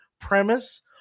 premise